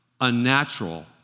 unnatural